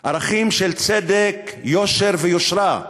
ערכים של צדק, יושר ויושרה.